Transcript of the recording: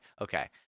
okay